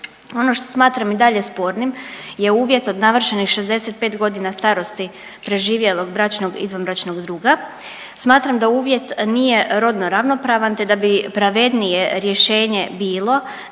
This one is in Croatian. Ono što smatram i dalje spornim je uvjet od navršenih 65.g. starosti preživjelog bračnog/izvanbračnog druga, smatram da uvjet nije rodno ravnopravan, te da bi pravednije rješenje bilo